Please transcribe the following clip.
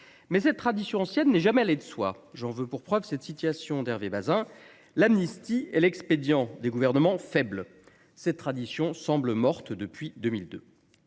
cette tradition ancienne n’est jamais allée de soi. J’en veux pour preuve cette citation d’Hervé Bazin :« L’amnistie est l’expédient des gouvernements faibles ». Si cette tradition semble morte depuis 2002,